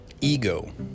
ego